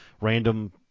random